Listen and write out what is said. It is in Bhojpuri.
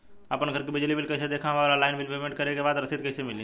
आपन घर के बिजली बिल कईसे देखम् और ऑनलाइन बिल पेमेंट करे के बाद रसीद कईसे मिली?